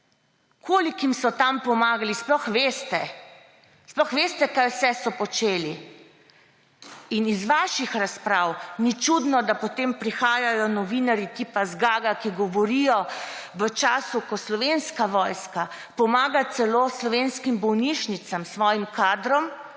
Kolikim so tam pomagali, sploh veste? Ali sploh veste, kaj vse so počeli? Iz vaših razprav ni čudno, da potem prihajajo novinarji tipa zgaga, ki govorijo v času, ko Slovenska vojska pomaga celo slovenskim bolnišnicam s svojim kadrom,